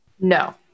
No